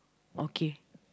okay